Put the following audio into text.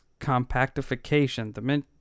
compactification